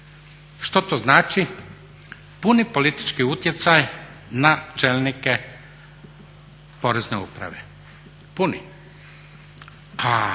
Što to znači? Puni politički utjecaj na čelnike Porezne uprave, puni.